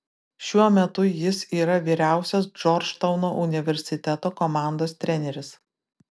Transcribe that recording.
šiuo metu jis yra vyriausias džordžtauno universiteto komandos treneris